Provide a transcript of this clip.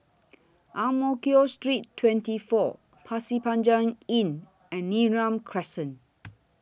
Ang Mo Kio Street twenty four Pasir Panjang Inn and Neram Crescent